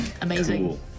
Amazing